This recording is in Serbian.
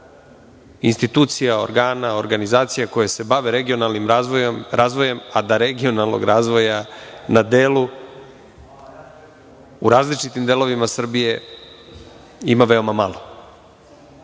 institucija, organa, organizacija, koja se bave regionalnim razvojem a da regionalnog razvoja na delu, u različitim delovima Srbije, ima veoma